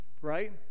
Right